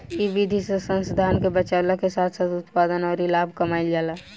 इ विधि से संसाधन के बचावला के साथ साथ उत्पादन अउरी लाभ कमाईल जाला